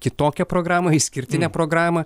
kitokią programą išskirtinę programą